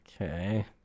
Okay